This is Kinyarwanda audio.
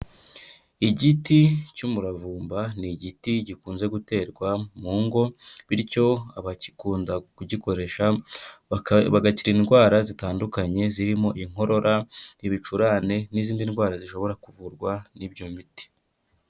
Igiti cy'umuravumba, ni igiti gikunze guterwa mu ngo. Bityo abagikunda kugikoresha, bagakira indwara zitandukanye, zirimo, inkorora, ibicurane, n'izindi ndwara zishobora kuvurwa n'ibyo miti.